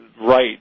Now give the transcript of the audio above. right